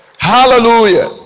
Hallelujah